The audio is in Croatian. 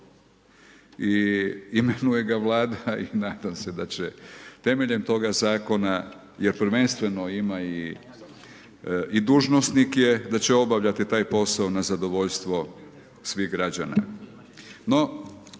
i imenuje ga Vlada i nadam se da će temeljem toga zakona, jer prvenstveno ima i, i dužnosnik je, da će obavljati taj posao na zadovoljstvo svih građana.